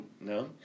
No